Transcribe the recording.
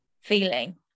feeling